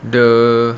the